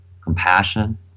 compassion